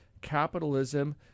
capitalism